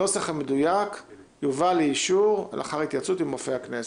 הנוסח המדויק יובא לאישור לאחר התייעצות עם רופא הכנסת.